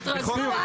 תתרגלו?